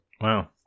Wow